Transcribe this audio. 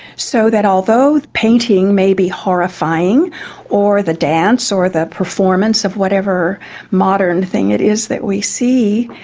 so that although the painting may be horrifying or the dance or the performance of whatever modern thing it is that we see,